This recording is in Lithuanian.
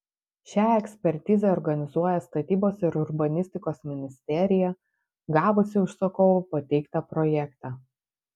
šią ekspertizę organizuoja statybos ir urbanistikos ministerija gavusi užsakovo pateiktą projektą